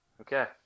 okay